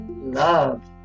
Love